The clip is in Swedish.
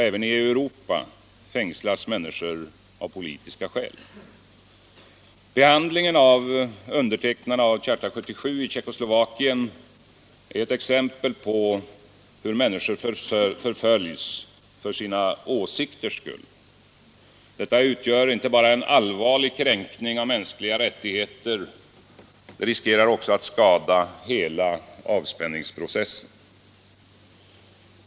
Även i Europa fängslas människor av politiska skäl. Behandlingen av undertecknarna av Charta 77 i Tjeckoslovakien är ett exempel på hur människor förföljs för sina åsikters skull. Detta utgör inte bara en allvarlig kränkning av mänskliga rättigheter utan riskerar också att skada hela avspänningsprocessen.